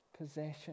possession